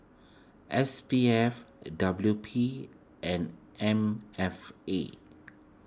S P F W P and M F A